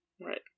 Right